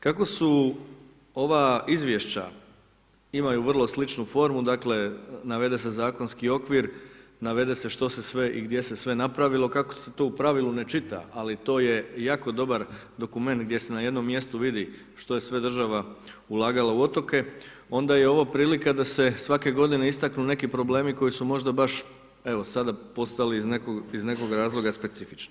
Kako su ova izvješća imaju vrlo sličnu formu, dakle navede se zakonski okvir, navede se što se sve i gdje se sve napravilo kako se to u pravilu ne čita, ali to je jako dobar dokument gdje se na jednom mjestu vidi što je sve država ulagala u otoke, onda je ovo prilika da se svake godine istaknu neki problemi koji su možda baš sada evo postali iz nekog razloga specifični.